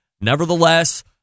Nevertheless